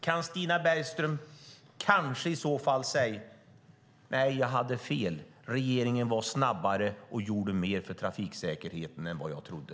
Kan Stina Bergström i så fall kanske säga att hon hade fel, att regeringen var snabbare och gjorde mer för trafiksäkerheten än vad hon trodde?